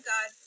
God